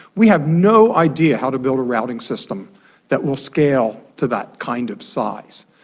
we have no idea how to build a routing system that will scale to that kind of size.